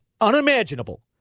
unimaginable